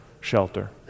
shelter